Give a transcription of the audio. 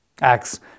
acts